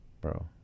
Bro